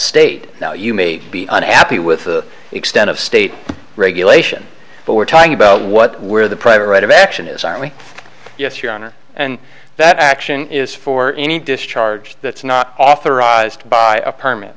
state now you may be unhappy with the extent of state regulation but we're talking about what we're the private right of action is our only yes your honor and that action is for any discharge that's not authorized by a perm